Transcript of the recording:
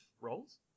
roles